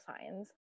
signs